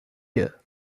year